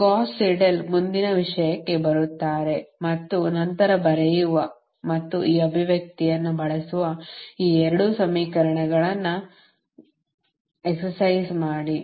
Gauss Seidel ಮುಂದಿನ ವಿಷಯಕ್ಕೆ ಬರುತ್ತಾರೆ ಮತ್ತು ನಂತರ ಬರೆಯುವ ಮತ್ತು ಈ ಅಭಿವ್ಯಕ್ತಿಯನ್ನು ಬಳಸುವ ಈ 2 ಸಮೀಕರಣಗಳನ್ನು ವ್ಯಾಯಾಮ ಮಾಡಿ